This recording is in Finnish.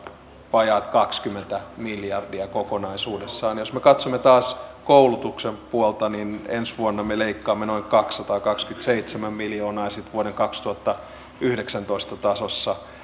vajaat kaksikymmentä miljardia kokonaisuudessaan jos me katsomme taas koulutuksen puolta niin ensi vuonna me leikkaamme noin kaksisataakaksikymmentäseitsemän miljoonaa ja sitten vuoden kaksituhattayhdeksäntoista tasossa